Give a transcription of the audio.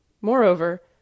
Moreover